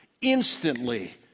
instantly